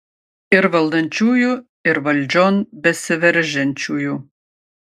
ir valdančiųjų ir valdžion besiveržiančiųjų